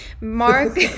Mark